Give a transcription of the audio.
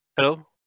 Hello